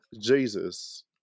jesus